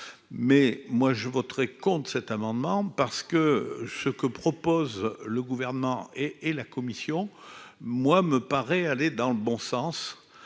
Toutefois, je voterai contre cet amendement : ce que proposent le Gouvernement et la commission me paraît aller dans le bon sens.